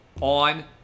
on